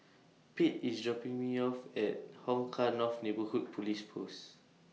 Pate IS dropping Me off At Hong Kah North Neighbourhood Police Post